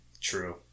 True